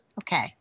Okay